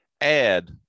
add